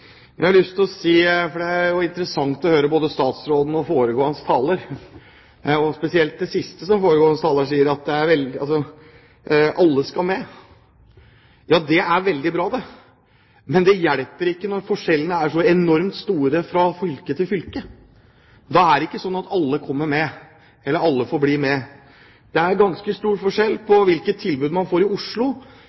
men det hjelper ikke når forskjellene er så enormt store fra fylke til fylke. Da er det ikke slik at alle får bli med. Det er ganske stor forskjell på hvilke tilbud man får i Oslo